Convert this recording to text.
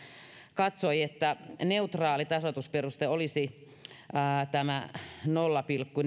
katsoi että neutraali tasoitusperuste olisi nolla pilkku